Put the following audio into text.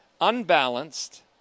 unbalanced